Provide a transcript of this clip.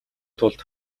тулд